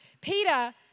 Peter